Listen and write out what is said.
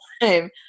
time